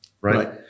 right